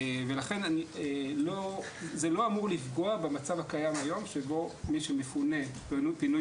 לכן זה לא אמור לפגוע במצב הקיים היום שבו מישהו מפונה בפינוי